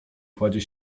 kładzie